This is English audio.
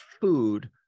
food